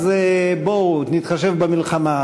אז בואו נתחשב במלחמה,